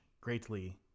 greatly